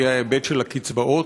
והיא ההיבט של הקצבאות.